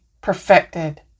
perfected